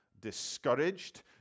discouraged